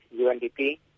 UNDP